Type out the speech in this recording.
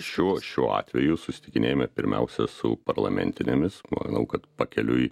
šiuo šiuo atveju susitikinėjame pirmiausia su parlamentinėmis manau kad pakeliui